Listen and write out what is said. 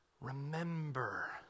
Remember